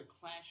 Clash